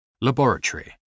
laboratory